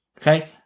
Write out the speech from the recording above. okay